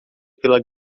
pela